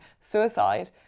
suicide